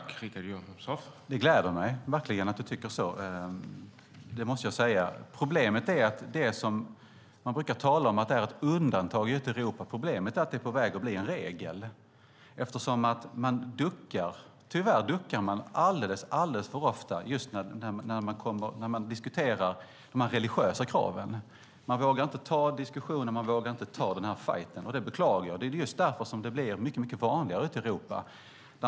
Herr talman! Det gläder mig verkligen att Ann-Charlotte Hammar Johnsson tycker så. Man brukar tala om att det här är ett undantag ute i Europa. Problemet är att det är på väg att bli en regel, eftersom man tyvärr duckar alldeles för ofta när man diskuterar de religiösa kraven. Man vågar inte ta diskussionen och fajten, och det beklagar jag. Det är just därför som det blir mycket vanligare ute i Europa.